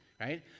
right